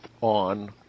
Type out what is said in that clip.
on